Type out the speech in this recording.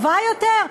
טובה יותר?